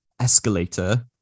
escalator